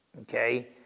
Okay